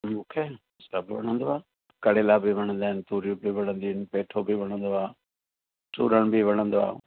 मूंखे सभु वणंदो आहे कड़ेला बि वणंदा आहिनि तुरियूं बि वणंदियूं आहिनि पेठो बि वणंदो आहे चूरण बि वणंदो आहे